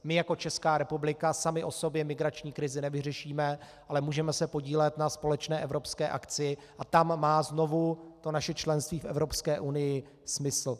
My jako Česká republika sami o sobě migrační krizi nevyřešíme, ale můžeme se podílet na společné evropské akci a tam má znovu naše členství v Evropské unii smysl.